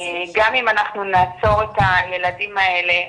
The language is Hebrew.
גם אם אנחנו נעצור את הילדים האלה,